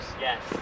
Yes